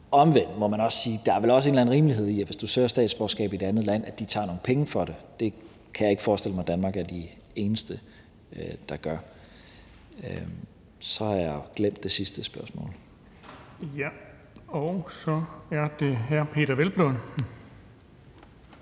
en eller anden rimelighed i, at hvis du søger statsborgerskab i et andet land, tager de nogle penge for det. Det kan jeg ikke forestille mig Danmark er det eneste land der gør. Så har jeg glemt det sidste spørgsmål. Kl. 15:56 Den fg. formand (Erling